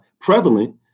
prevalent